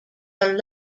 are